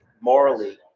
morally